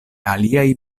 aliaj